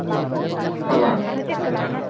ᱥᱟᱞᱟᱜ